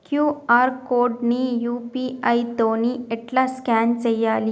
QR code ని UPI తోని ఎట్లా స్కాన్ చేయాలి?